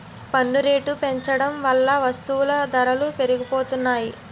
పన్ను రేట్లు పెంచడం వల్ల వస్తువుల ధరలు పెరిగిపోనాయి